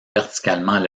verticalement